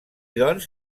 doncs